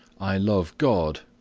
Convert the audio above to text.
i love god,